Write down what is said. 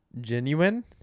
genuine